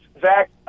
Zach